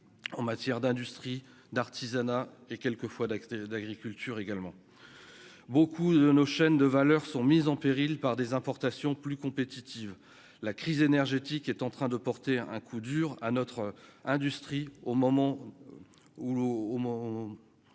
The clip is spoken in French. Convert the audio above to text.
en matière d'industrie d'artisanat et quelquefois d'accès d'agriculture également beaucoup de nos chaînes de valeur sont mises en péril par des importations plus compétitive la crise énergétique est en train de porter un coup dur à notre industrie au moment où